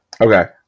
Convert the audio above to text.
Okay